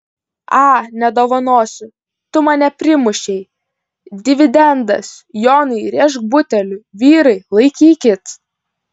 a nedovanosiu tu mane primušei dividendas jonai rėžk buteliu vyrai laikykit